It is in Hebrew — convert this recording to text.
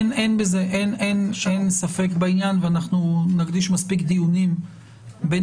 אין ספק בעניין ואנחנו נקדיש מספיק דיונים בין